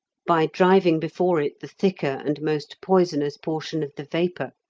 by driving before it the thicker and most poisonous portion of the vapour,